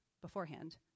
beforehand